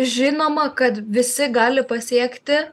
žinoma kad visi gali pasiekti